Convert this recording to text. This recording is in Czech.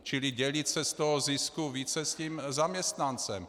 Čili dělit se z toho zisku více se zaměstnancem.